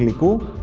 ah goal